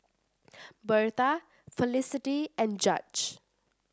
Birtha Felicity and Judge